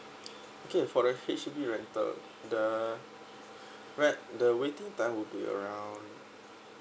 okay for the H_D_B rental the rate the waiting time will be around